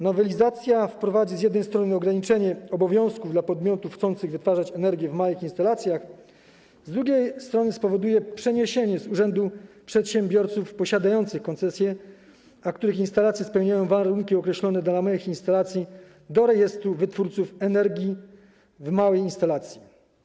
Nowelizacja wprowadzi z jednej strony ograniczenie obowiązków dla podmiotów chcących wytwarzać energię w małych instalacjach, z drugiej strony spowoduje przeniesienie z urzędu przedsiębiorców posiadających koncesję, dla których instalacje spełniają warunki określone dla małych instalacji, do rejestru wytwórców energii w małej instalacji.